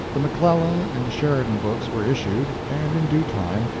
the mcclellan and sheridan books were issued, and, in due time,